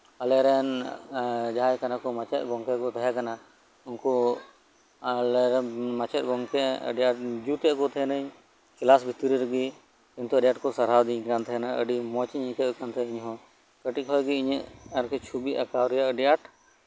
ᱟᱞᱮᱨᱮᱱ ᱡᱟᱦᱟᱸᱭ ᱠᱟᱱᱟ ᱠᱚ ᱢᱟᱪᱮᱫ ᱜᱚᱝᱠᱮ ᱠᱚ ᱛᱟᱦᱮᱸᱞᱮᱱᱟ ᱩᱱᱠᱩ ᱟᱞᱮ ᱨᱮᱱ ᱢᱟᱪᱮᱫ ᱜᱚᱝᱠᱮ ᱡᱩᱛᱮᱫ ᱠᱚ ᱛᱟᱦᱮᱸᱱᱟᱹᱧ ᱠᱞᱟᱥ ᱵᱷᱤᱛᱨᱤ ᱨᱮᱜᱮ ᱠᱤᱱᱛᱩ ᱟᱹᱰᱤ ᱟᱴ ᱠᱚ ᱥᱟᱨᱦᱟᱣ ᱫᱤᱧ ᱠᱟᱱ ᱛᱟᱦᱮᱱᱟ ᱟᱹᱰᱤ ᱢᱚᱪ ᱤᱧ ᱟᱹᱣᱠᱟᱹᱣᱮᱫ ᱠᱟᱱ ᱛᱟᱦᱮᱱᱟ ᱤᱧᱦᱚ ᱠᱟᱹᱴᱤᱡ ᱠᱷᱚᱡ ᱜᱮ ᱤᱧᱟᱹᱜ ᱪᱷᱚᱵᱤ ᱟᱠᱟᱣ ᱨᱮ ᱟᱹᱰᱤ ᱟᱸᱴ